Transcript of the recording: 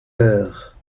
heure